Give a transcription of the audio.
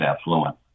affluent